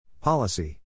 Policy